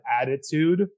attitude